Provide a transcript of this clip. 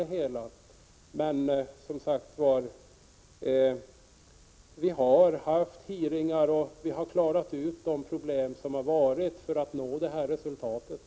Det har varit utskottsutfrågningar, och vi har klarat av de problem som funnits för att nå det här resultatet.